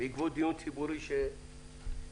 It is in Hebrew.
בעקבות דיון ציבורי שהתקיים,